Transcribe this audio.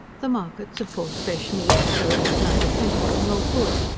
the markets afford fresh meat, though it is neither plentiful nor good.